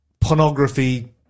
pornography